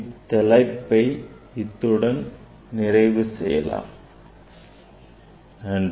இத் தலைப்பை இத்துடன் நிறைவு செய்கிறேன்